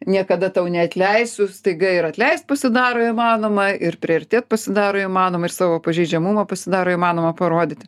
niekada tau neatleisiu staiga ir atleist pasidaro įmanoma ir priartėt pasidaro įmanoma ir savo pažeidžiamumą pasidaro įmanoma parodyti